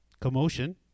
Commotion